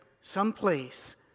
someplace